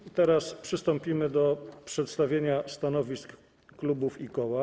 I teraz przystąpimy do przedstawienia stanowisk klubów i koła.